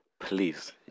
Please